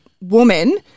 woman